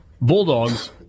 Bulldogs